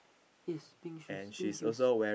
yes pink shoes pink hues